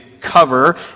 cover